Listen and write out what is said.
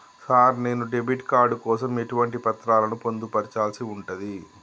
Sir నేను debit card కోసం ఎటువంటి పత్రాలను పొందుపర్చాల్సి ఉంటది?